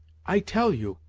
i tell you,